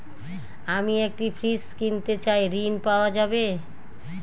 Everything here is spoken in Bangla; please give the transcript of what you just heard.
আমি একটি ফ্রিজ কিনতে চাই ঝণ পাওয়া যাবে?